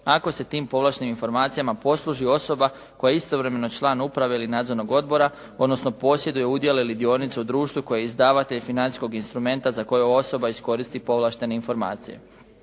ako se tim povlaštenim informacijama posluži osoba koja je istovremeno član uprave ili nadzornog odbora, odnosno posjeduje udjele ili dionice u društvu koje je izdavatelj financijskog instrumenta, za koje osoba iskoristi povlaštene informacije.